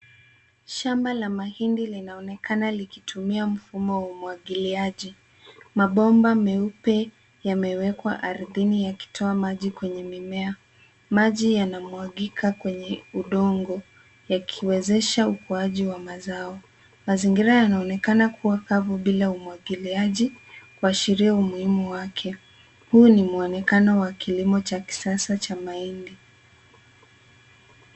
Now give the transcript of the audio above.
Shamba la mahindi linaonekana likitumia mfumo wa umwagiliaji. Mabomba meupe, yamewekwa ardhini yakitoa maji kwenye mimea. Maji yanamwagika kwenye udongo, yakiwezesha ukuaji wa mazao. Mazingira yanaonekana kuwa kavu bila umwagiliaji, kuashiria umuhimu wake. Huu ni muonekano wa kilimo cha kisasa cha mahindi.